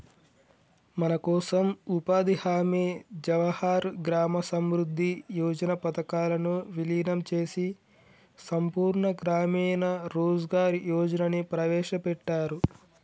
మనకోసం ఉపాధి హామీ జవహర్ గ్రామ సమృద్ధి యోజన పథకాలను వీలినం చేసి సంపూర్ణ గ్రామీణ రోజ్గార్ యోజనని ప్రవేశపెట్టారు